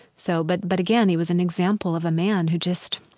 so but but, again, he was an example of a man who just